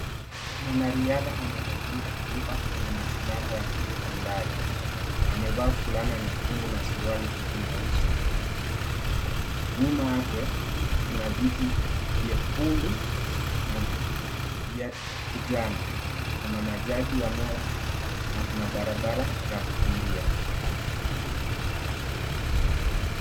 Mwanariadha anaonekana akiruka kwenye mashindano ya kuruka mbali, amevaa fulana nyekundu na suruali fupi nyeusi. Nyuma yake kuna viti vyekundu na vya kijani. Kuna majaji na kuna barabara ya kukimbia.